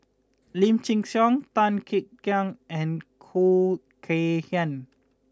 Lim Chin Siong Tan Kek Hiang and Khoo Kay Hian